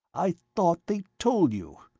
i thought they'd told you.